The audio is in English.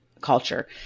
culture